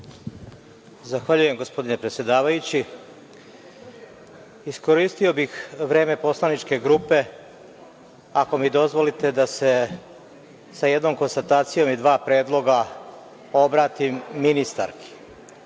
Zahvaljujem, gospodine predsedavajući. Iskoristio bih vreme poslaničke grupe, ako mi dozvolite, da se sa jednom konstatacijom i dva predloga obratim ministarki,